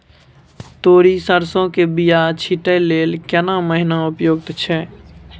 तोरी, सरसो के बीया छींटै लेल केना महीना उपयुक्त छै?